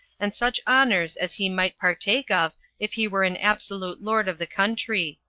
and such honors as he might partake of if he were an absolute lord of the country.